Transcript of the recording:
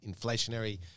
inflationary